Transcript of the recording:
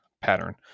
pattern